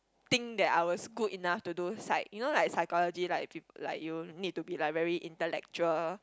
think that I was good enough to do Psy you know like psychology like people like you need to be like very intellectual